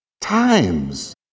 times